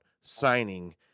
signing